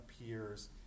appears